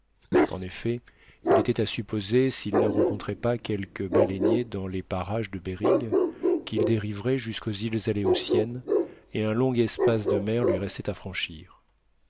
en effet il était à supposer s'il ne rencontrait pas quelque baleinier dans les parages de behring qu'il dériverait jusqu'aux îles aléoutiennes et un long espace de mer lui restait à franchir